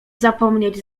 zapomnieć